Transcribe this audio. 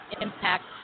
impact